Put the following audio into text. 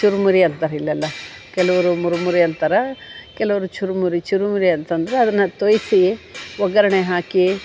ಚುರುಮುರಿ ಅಂತಾರೆ ಇಲ್ಲೆಲ್ಲ ಕೆಲವ್ರು ಮುರುಮುರಿ ಅಂತಾರೆ ಕೆಲವ್ರು ಚುರುಮುರಿ ಚುರುಮುರಿ ಅಂತ ಅಂದರೆ ಅದನ್ನು ತೋಯಿಸಿ ಒಗ್ಗರಣೆ ಹಾಕಿ